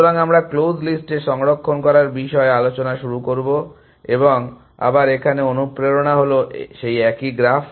সুতরাং আমরা ক্লোজ লিস্টে সংরক্ষণ করার বিষয়ে আলোচনা শুরু করব এবং আবার এখানে অনুপ্রেরণা হলো সেই একই গ্রাফ